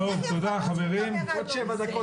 --- האם אתה מבין שזו תוצאה של 15 שנות הזנחה?